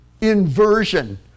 inversion